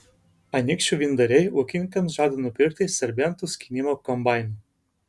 anykščių vyndariai ūkininkams žada nupirkti serbentų skynimo kombainų